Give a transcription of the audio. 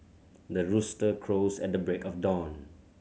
the rooster crows at the break of dawn